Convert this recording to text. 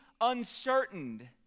uncertain